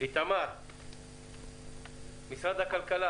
איתמר גזלה.